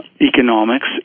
economics